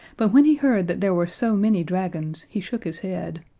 but when he heard that there were so many dragons he shook his head.